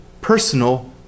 personal